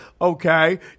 okay